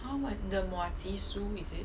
!huh! [what] the muah chee 酥 is it